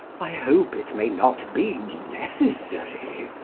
i hope it may not be necessary.